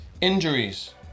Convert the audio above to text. Injuries